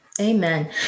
Amen